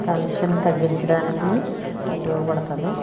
కాలుష్యాన్ని తగ్గించడానికి ఉపయోగ పడుతుంది